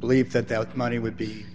belief that that money would be